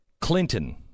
Clinton